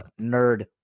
nerd